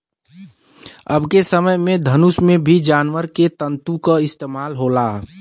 अबके समय के धनुष में भी जानवर के तंतु क इस्तेमाल होला